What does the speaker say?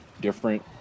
different